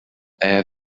air